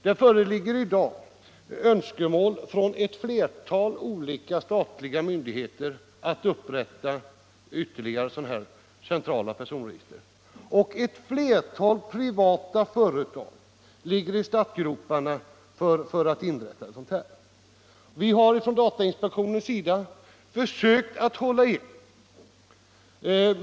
Det föreligger i dag önskemål från ett flertal olika statliga myndigheter att upprätta ytterligare sådana här centrala personregister, och ett flertal privata företag ligger i startgroparna för att inrätta register. Vi har från datainspektionens sida försökt att hålla igen.